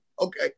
okay